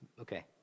Okay